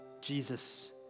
Jesus